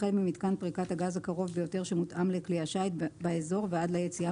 החל ממתקן פריקת הגז הקרוב ביותר שמותאם לכלי השיט באזור ועד ליציאה